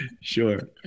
sure